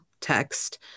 text